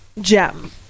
Gem